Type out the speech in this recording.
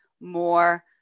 more